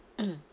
mm